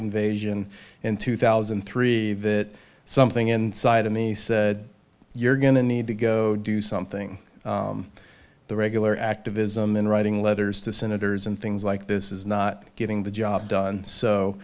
invasion in two thousand and three that something inside of me said you're going to need to go do something the regular activism in writing letters to senators and things like this is not getting the job done so